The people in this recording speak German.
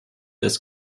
des